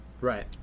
Right